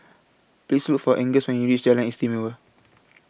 Please Look For Angus when YOU REACH Jalan Istimewa